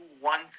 one